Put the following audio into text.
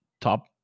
top